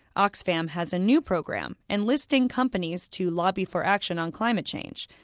oxfam has a new program, enlisting companies to lobby for action on climate change.